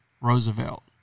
Roosevelt